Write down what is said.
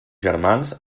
germans